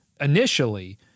initially